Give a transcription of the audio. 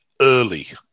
early